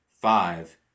five